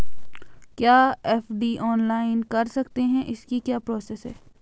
क्या FD online कर सकते हैं इसकी क्या प्रोसेस है?